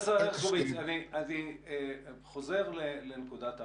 פרופ' הרשקוביץ, אני חוזר לנקודת ההתחלה,